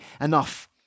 enough